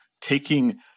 taking